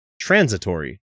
transitory